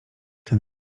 ten